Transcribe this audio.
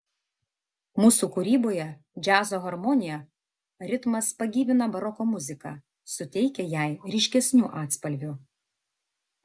mūsų kūryboje džiazo harmonija ritmas pagyvina baroko muziką suteikia jai ryškesnių atspalvių